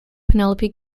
penelope